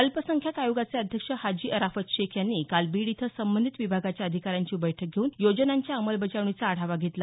अल्पसंख्याक आयोगाचे अध्यक्ष हाजी अराफत शेख यांनी काल बीड इथं संबंधित विभागांच्या अधिकाऱ्यांची बैठक घेऊन योजनांच्या अंमलबजावणीचा आढावा घेतला